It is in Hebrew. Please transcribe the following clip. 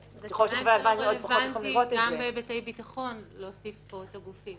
ש': השאלה אם לא רלוונטי בהיבטי ביטחון להוסיף את הגופים